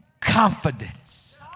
confidence